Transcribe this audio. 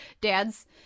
dads